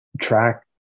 track